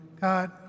God